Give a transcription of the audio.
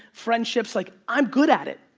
friendships, like i'm good at it.